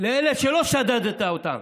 לאלה שלא שדדת אותם.